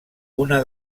una